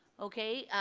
okay,